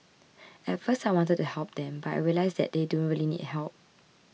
at first I wanted to help them but I realised that they don't really need help